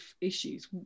issues